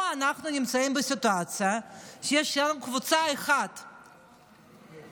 פה אנחנו נמצאים בסיטואציה שיש לנו קבוצה אחת משלמת,